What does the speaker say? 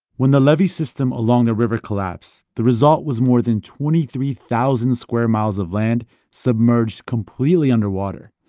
when the levee system along the river collapsed, the result was more than twenty three thousand square miles of land submerged completely under water.